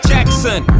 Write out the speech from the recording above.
Jackson